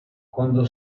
cuando